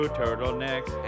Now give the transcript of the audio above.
turtlenecks